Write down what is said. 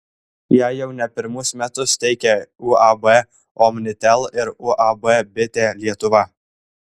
ją jau ne pirmus metus teikia uab omnitel ir uab bitė lietuva